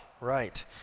right